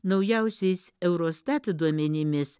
naujausiais eurostat duomenimis